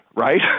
right